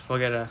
forget ah